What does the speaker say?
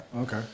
Okay